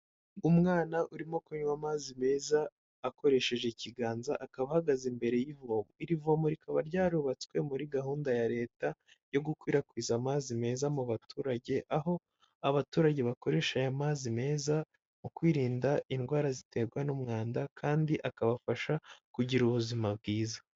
Umwana urimo kunywa amazi meza akoresheje ikiganza akaba ahagaze imbere y'ivomo, iri vomo rikaba ryarubatswe muri gahunda ya Leta yo gukwirakwiza amazi meza mu baturage, aho abaturage bakoresha aya mazi meza mu kwirinda indwara ziterwa n'umwanda, kandi akabafasha kugira ubuzima bwiza.